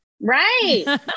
Right